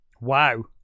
Wow